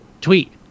tweet